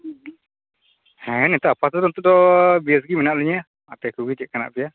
ᱦᱮᱸ ᱱᱤᱛᱚ ᱟᱯᱟᱛᱚᱛᱚ ᱱᱤᱛᱫᱚ ᱵᱮᱥᱜᱮ ᱢᱮᱱᱟᱜ ᱞᱤᱧᱟ ᱟᱯᱮ ᱠᱚᱜᱮ ᱪᱮᱫᱽ ᱞᱮᱠᱟ ᱦᱮᱱᱟᱜ ᱯᱮᱭᱟ